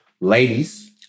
Ladies